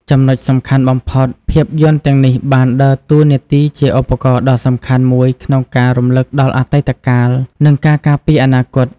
ចំណុចសំខាន់បំផុត ភាពយន្តទាំងនេះបានដើរតួនាទីជាឧបករណ៍ដ៏សំខាន់មួយក្នុងការ រំលឹកដល់អតីតកាល និងការការពារអនាគត។